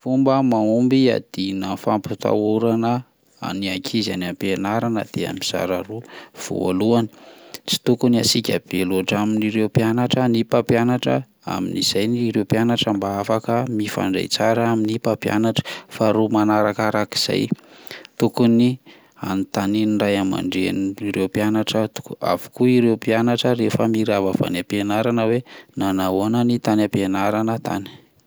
Fomba mahomby hiadiana amin'ny fampitahorana an'ny ankizy any am-pianarana dia mizara roa, voalohany tsy tokony hasiaka be laotra amin'ireo mpianatra ny mpampianatra amin'izay ireo mpianatra mba afaka mifandray tsara amin'ny mpampianatra, faharoa manarakaraka izay tokony anotanian'ny ray aman-dren'ireo mpianatra toko- avokoa ireo mpianatra rehefa mirava avy any ampianarana hoe nanao ahoana ny tany am-pianarana tany.